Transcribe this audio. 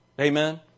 Amen